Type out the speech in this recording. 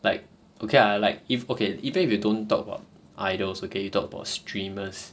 like okay lah like if okay even if you don't talk about idols okay you talk about streamers